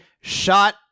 shot